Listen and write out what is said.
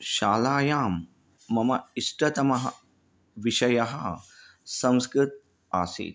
शालायां मम इष्टतमः विषयः संस्कृतम् आसीत्